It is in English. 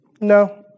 no